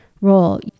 role